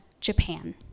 Japan